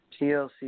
TLC